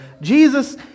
Jesus